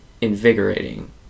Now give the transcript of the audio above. invigorating